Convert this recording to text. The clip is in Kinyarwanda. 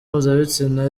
mpuzabitsina